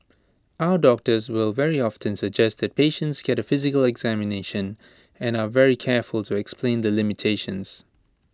our doctors will very often suggest that patients get A physical examination and are very careful to explain the limitations